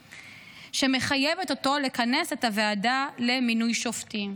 שמחייבת אותו לכנס את הוועדה למינוי שופטים.